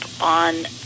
on